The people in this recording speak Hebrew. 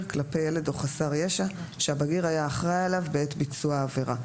כלפי ילד או חסר ישע שהביר היה אחראי עליו בעת ביצוע העבירה.